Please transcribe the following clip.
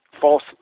false